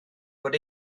bod